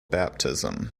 baptism